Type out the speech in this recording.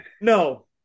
no